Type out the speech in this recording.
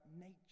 nature